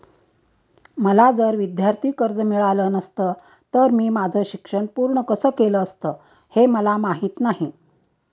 मला जर विद्यार्थी कर्ज मिळालं नसतं तर मी माझं शिक्षण पूर्ण कसं केलं असतं, हे मला माहीत नाही